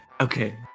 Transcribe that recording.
Okay